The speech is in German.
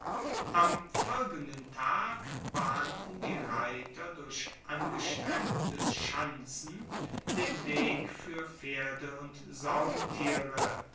am folgenden tag bahnten die reiter durch angestrengtes schanzen den weg fuer pferde und